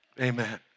Amen